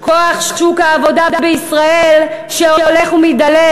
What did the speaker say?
כוח שוק העבודה בישראל שהולך ומידלל,